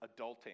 adulting